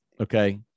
okay